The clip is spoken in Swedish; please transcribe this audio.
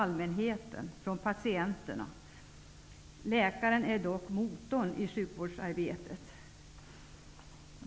Läkaren är dock motorn i sjukvårdsarbetet.